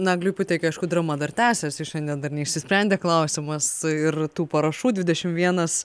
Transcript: nagliui puteikiui aišku drama dar tęsiasi šiandien dar neišsisprendė klausimas ir tų parašų dvidešim vienas